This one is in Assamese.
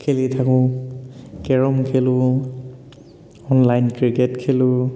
খেলি থাকোঁ কেৰম খেলোঁ অনলাইন ক্ৰিকেট খেলোঁ